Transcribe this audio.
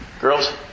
girls